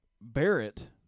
Barrett